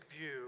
view